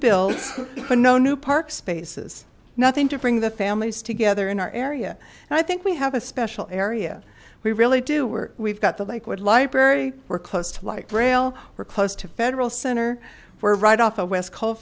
bills for no new park spaces nothing to bring the families together in our area and i think we have a special area we really do work we've got the lakewood library we're close to light rail we're close to federal center we're right off of west co